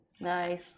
Nice